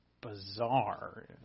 bizarre